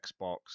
Xbox